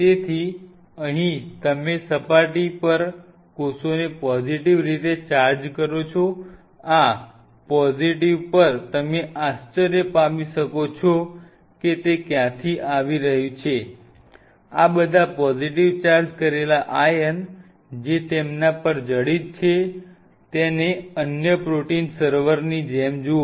તેથી અહીં તમે સપાટી પર કોષને પોઝિટીવ રીતે ચાર્જ કરો છો આ સકારાત્મક પર તમે આશ્ચર્ય પામી શકો છો કે તે ક્યાંથી આવી રહ્યું છેઆ બધા પોઝિટીવ ચાર્જ કરેલા આયન જે તેમના પર જડિત છે તેને અન્ય પ્રોટીન સર્વરની જેમ જુઓ